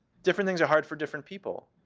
different things are hard for different people.